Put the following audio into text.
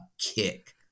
kick